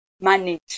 manage